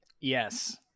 yes